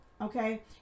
Okay